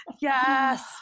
yes